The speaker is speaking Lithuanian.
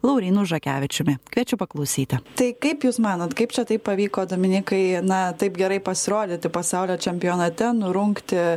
laurynu žakevičiumi kviečiu paklausyti tai kaip jūs manot kaip čia taip pavyko dominikai na taip gerai pasirodyti pasaulio čempionate nurungti